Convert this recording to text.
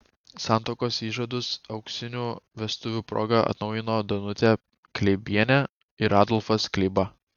santuokos įžadus auksinių vestuvių proga atnaujino danutė kleibienė ir adolfas kleiba